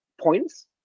points